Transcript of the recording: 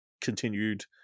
Continued